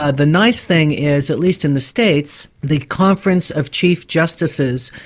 ah the nice thing is, at least in the states, the conference of chief justices,